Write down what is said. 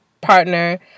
partner